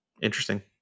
interesting